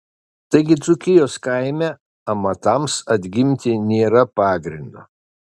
taigi dzūkijos kaime amatams atgimti nėra pagrindo